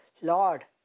Lord